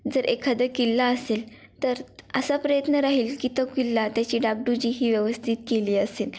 जर एखादं किल्ला असेल तर असा प्रयत्न राहील की तो किल्ला त्याची डागडुजी ही व्यवस्थित केली असेल